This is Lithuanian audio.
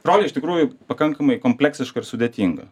rolė iš tikrųjų pakankamai kompleksiška ir sudėtinga